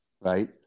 right